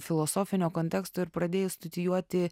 filosofinio konteksto ir pradėjai studijuoti